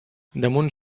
damunt